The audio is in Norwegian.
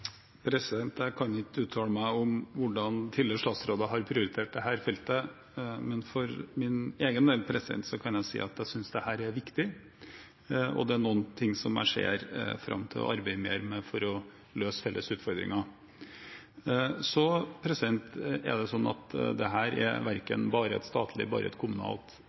Jeg kan ikke uttale meg om hvordan tidligere statsråder har prioritert dette feltet, men for min egen del kan jeg si at jeg synes dette er viktig, og det er noe jeg ser fram til å arbeide mer med for å løse felles utfordringer. Dette er ikke bare et statlig, kommunalt eller fylkeskommunalt ansvar og heller ikke bare et ansvar for Samisk høgskole og Sametinget. Det er et